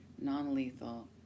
non-lethal